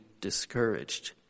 discouraged